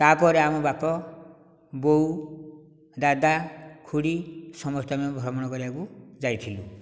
ତାପରେ ଆମ ବାପା ବୋଉ ଦାଦା ଖୁଡ଼ି ସମସ୍ତେ ଆମେ ଭ୍ରମଣ କରିବାକୁ ଯାଇଥିଲୁ